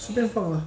随便放 lah